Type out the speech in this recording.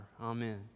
Amen